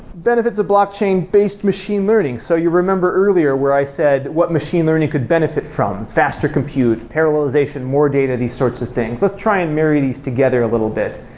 benefits a blockchain-based machine learning. so you remember earlier where i said, what machine learning could benefit from faster compute, parallelization, more data, these sorts of things. let's try and marry these together a little bit.